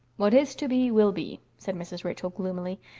what is to be, will be, said mrs. rachel gloomily,